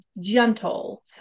gentle